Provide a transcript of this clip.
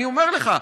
אני אומר לך,